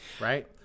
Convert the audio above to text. Right